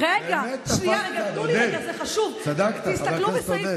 זו לא הטעות הראשונה שלו.